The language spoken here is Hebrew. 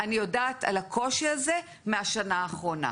אני יודעת על הקושי הזה מהשנה האחרונה.